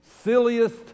silliest